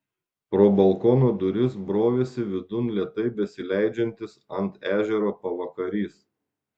pro balkono duris brovėsi vidun lėtai besileidžiantis ant ežero pavakarys